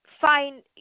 find